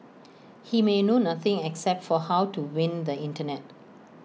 he may know nothing except for how to win the Internet